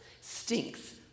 stinks